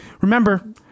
remember